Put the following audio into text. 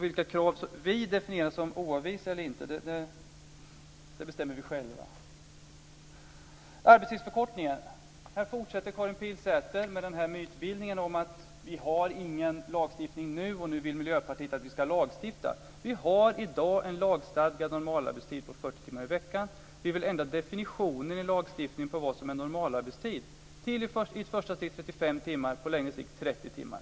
Vilka krav som vi definierar som oavvisliga eller inte bestämmer vi själva. När det gäller arbetstidsförkortningen fortsätter Karin Pilsäter med mytbildning om att vi inte har någon lagstiftning nu och att Miljöpartiet vill att vi ska lagstifta om detta. Vi har i dag en lagstadgad normalarbetstid på 40 timmar i veckan. Vi vill ändra definitionen i lagstiftning av vad som är normalarbetstid till 35 timmar i ett första steg och på längre sikt till 30 timmar.